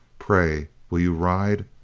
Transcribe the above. pray, will you ride?